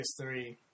PS3